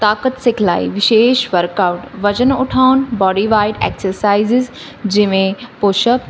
ਤਾਕਤ ਸਿਖਲਾਈ ਵਿਸ਼ੇਸ਼ ਵਰਕ ਆਊਟ ਵਜਨ ਉਠਾਉਣਾ ਬਾਡੀ ਵਾਈਡ ਐਕਸਰਸਾਈਜ਼ਜ਼ ਜਿਵੇਂ ਪੁਸ਼ਪ